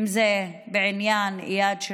אם זה בעניין איאד,